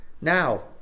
Now